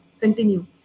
continue